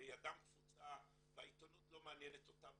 וידם קפוצה והעתונות לא מעניינת אותם,